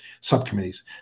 subcommittees